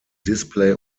display